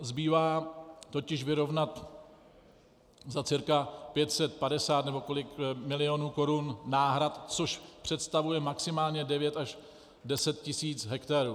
Zbývá totiž vyrovnat za cca 550 nebo kolik milionů korun náhrad, což představuje maximálně 9 až 10 tisíc hektarů.